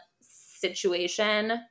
situation